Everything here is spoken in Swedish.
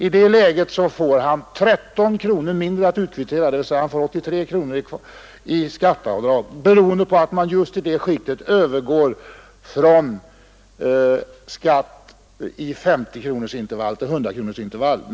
I det läget får han kvittera ut 13 kronor mindre än tidigare, dvs. skatteavdraget ökar med 83 kronor beroende på att man just i det skiktet övergår från skatt i 50-kronorsintervaller till 100-kronorsintervaller.